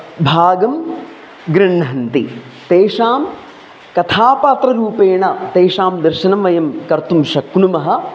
भागं गृह्णन्ति तेषां कथापात्ररूपेण तेषां दर्शनं वयं कर्तुं शक्नुमः